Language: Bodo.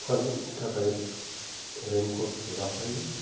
अखानि थाखाय रेनकट लाफायो